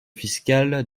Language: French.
fiscale